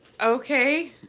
Okay